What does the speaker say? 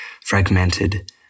fragmented